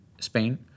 Spain